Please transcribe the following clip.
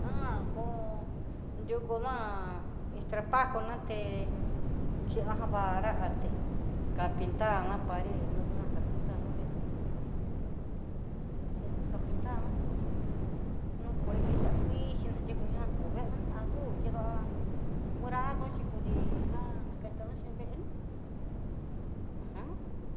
Han koo nriuku ma'a estropajo na té, xhiana jan barate ka pintar na pared, nrukuna ká pintarna veena ní, kena ká pintar ná jan nukuechi a kuiixi na yignia kó veenni azul chidoá, morado chikodi ña nakena xhí vee ní ajam.